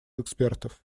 экспертов